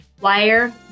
Wire